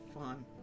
fun